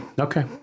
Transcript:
Okay